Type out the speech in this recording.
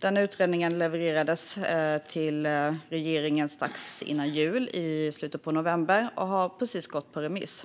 Den utredningen levererades till regeringen strax före jul, i slutet av november, och har precis gått ut på remiss.